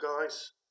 guys